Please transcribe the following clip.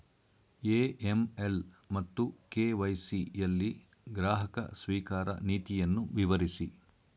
AML ಮತ್ತು KYC ಯಲ್ಲಿ ಗ್ರಾಹಕ ಸ್ವೀಕಾರ ನೀತಿಯನ್ನು ವಿವರಿಸಿ?